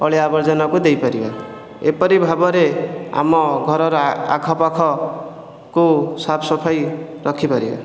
ଅଳିଆ ଆବର୍ଜନାକୁ ଦେଇପାରିବା ଏପରି ଭାବରେ ଆମ ଘରର ଆଖପାଖକୁ ସାଫ ସଫାଇ ରଖିପାରିବା